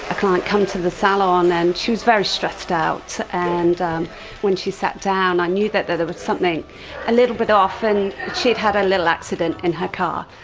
client come to the salon and she was very stressed out, and when she sat down i knew that there there was something a little bit off. and she'd had a little accident in her car.